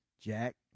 Jack